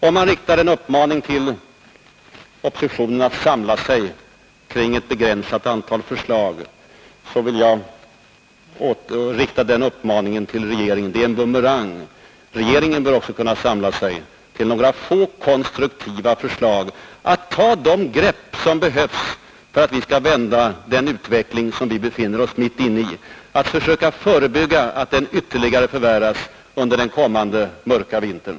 Om man riktar en uppmaning till oppositionen att samla sig kring ett begränsat antal förslag, vill jag rikta den uppmaningen som en bumerang till regeringen: den bör också kunna samla sig till några få konstruktiva förslag, till att ta de grepp som behövs för att vi skall vända den utveckling som vi befinner oss mitt inne i, att försöka förebygga att den ytterligare förvärras under den kommande mörka vintern.